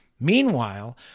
Meanwhile